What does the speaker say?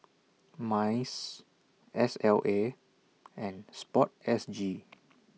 Minds S L A and Sport S G